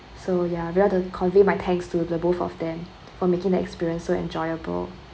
so ya would like to convey my thanks to the both of them for making the experience so enjoyable